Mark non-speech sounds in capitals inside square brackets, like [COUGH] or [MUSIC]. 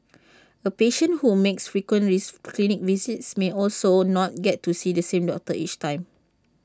A patient who makes frequent [UNINTELLIGIBLE] clinic visits may also not get to see the same doctor each time